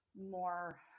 more